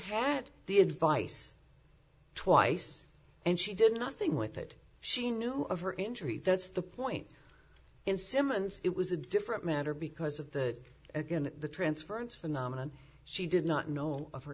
had the advice twice and she did nothing with it she knew of her injury that's the point in simmons it was a different matter because of the again the transference phenomenon she did not know